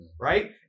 right